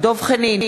דב חנין,